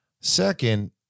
Second